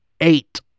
eight